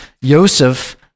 Yosef